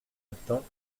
temps